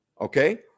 okay